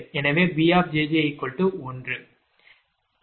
எனவே B 1 இல்லையா